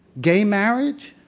gay marriage?